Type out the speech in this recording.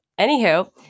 Anywho